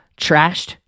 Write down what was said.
trashed